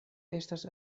estas